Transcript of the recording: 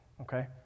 okay